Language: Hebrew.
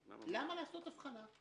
אז --- למה לעשות אבחנה?